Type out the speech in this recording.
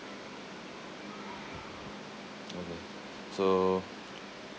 okay so